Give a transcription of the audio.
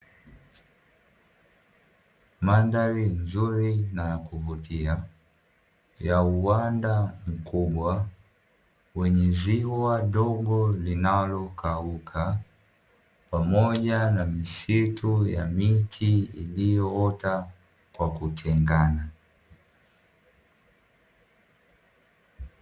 Mandhari nzuri na ya kuvutia ya uwanda mkubwa wenye ziwa dogo linalokauka pamoja na misitu ya miti iliyoota kwa kutengana.